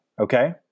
okay